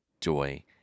joy